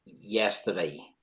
yesterday